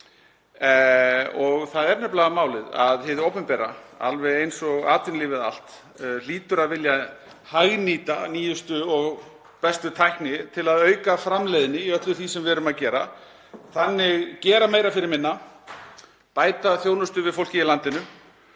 Málið er nefnilega að hið opinbera, alveg eins og atvinnulífið allt, hlýtur að vilja hagnýta nýjustu og bestu tækni til að auka framleiðni í öllu því sem við erum að gera, gera meira fyrir minna og bæta þjónustu við fólkið í landinu.